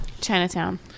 Chinatown